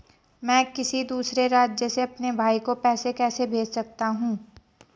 मैं किसी दूसरे राज्य से अपने भाई को पैसे कैसे भेज सकता हूं?